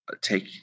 Take